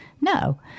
no